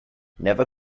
never